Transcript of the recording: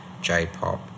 J-pop